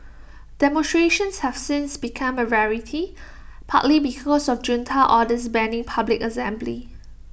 demonstrations have since become A rarity partly because of junta orders banning public assembly